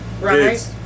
Right